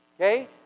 Okay